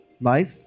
Life